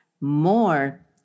more